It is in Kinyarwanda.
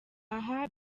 aha